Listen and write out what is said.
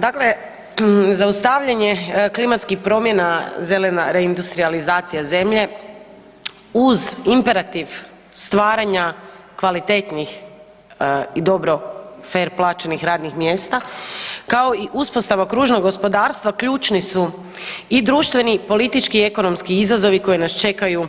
Dakle, zaustavljanje klimatskih promjena, zelena reindustrijalizacija Zemlje uz imperativ stvaranja kvalitetnih i dobro fer plaćenih radnih mjesta, kao i uspostava kružnog gospodarstva, ključni su i društveni i politički i ekonomski izazovi koji nas čekaju